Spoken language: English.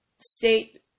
state